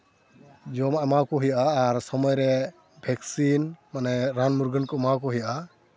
ᱡᱚᱢᱟᱜ ᱮᱢᱟᱠᱚ ᱦᱩᱭᱩᱜᱼᱟ ᱟᱨ ᱥᱚᱢᱚᱭ ᱨᱮ ᱵᱷᱮᱠᱥᱤᱱ ᱢᱟᱱᱮ ᱨᱟᱱ ᱢᱩᱨᱜᱟᱹᱱ ᱮᱢᱟᱠᱚ ᱦᱩᱭᱩᱜᱼᱟ